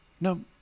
no